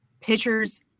pitchers